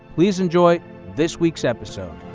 please enjoy this week's episode.